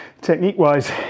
technique-wise